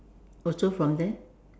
also from there